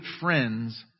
friends